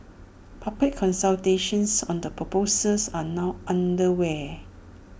public consultations on the proposals are now underway